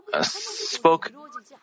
spoke